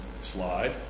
slide